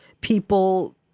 people